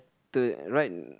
to right